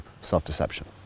self-deception